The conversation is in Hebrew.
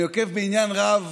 אני עוקב בעניין רב